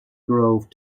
grove